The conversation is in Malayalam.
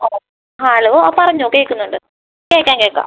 ആ ഹലോ ആ പറഞ്ഞോളൂ കേൾക്കുന്നുണ്ട് കേൾക്കാം കേൾക്കാം